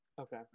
Okay